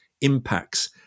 impacts